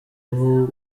aho